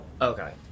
Okay